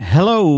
Hello